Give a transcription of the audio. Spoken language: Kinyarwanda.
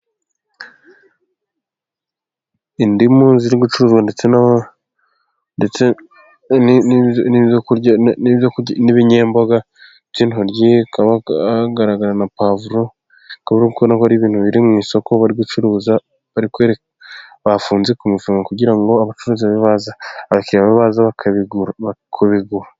Indimu ziri gucuruzwa ndetse n'ibinyemboga by'intoryi, hakaba hagaragara na pavuro. Ukaba uri kubona ko ari ibintu biri mu isoko bari gucuruza, bafunze ku mufungo kugira ngo abakiriya babe baza kubigura.